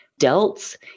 delts